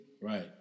Right